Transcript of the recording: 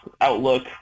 outlook